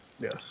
Yes